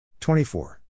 24